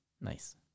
Nice